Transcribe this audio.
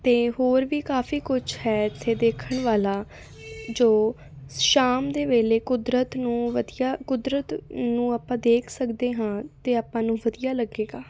ਅਤੇ ਹੋਰ ਵੀ ਕਾਫੀ ਕੁਛ ਹੈ ਇੱਥੇ ਦੇਖਣ ਵਾਲਾ ਜੋ ਸ਼ਾਮ ਦੇ ਵੇਲੇ ਕੁਦਰਤ ਨੂੰ ਵਧੀਆ ਕੁਦਰਤ ਨੂੰ ਆਪਾਂ ਦੇਖ ਸਕਦੇ ਹਾਂ ਅਤੇ ਆਪਾਂ ਨੂੰ ਵਧੀਆ ਲੱਗੇਗਾ